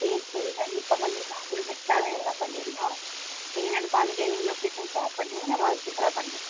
சரி சரி கண்டிப்பாக பண்ணிடலாம் அதைவிட பெட்ராகவே நல்லா பண்ணிடலாம் நீங்கள் என்னென்னு பார்த்துட்டு எனக்கு லொக்கேஷன் ஷேர் பண்ணுங்க நம்ம சூப்பராக பண்ணிடலாம்